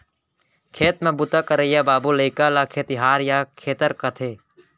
खेत म बूता करइया बाबू लइका ल खेतिहार या खेतर कथें